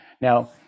now